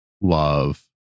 love